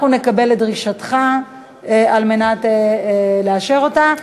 אנחנו נקבל את דרישתך על מנת לאשר אותה.